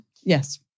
Yes